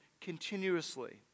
continuously